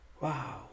Wow